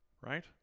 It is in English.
Right